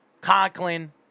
Conklin